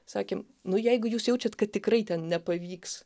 sakėm nu jeigu jūs jaučiat kad tikrai ten nepavyks